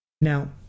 Now